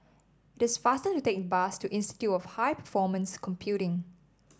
it is faster to take the bus to Institute of High Performance Computing